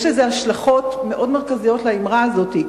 יש השלכות מאוד מרכזיות לאמירה הזאת,